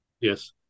yes